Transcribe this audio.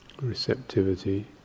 receptivity